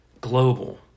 global